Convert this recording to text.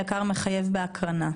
היק"ר מחייב בהקרנה.